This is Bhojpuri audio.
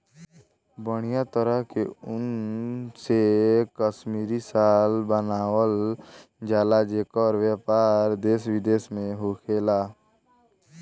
बढ़िया तरह के ऊन से कश्मीरी शाल बनावल जला जेकर व्यापार देश विदेश में होखेला